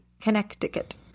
Connecticut